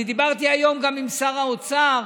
אני דיברתי היום גם עם שר האוצר,